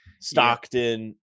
Stockton